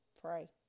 pray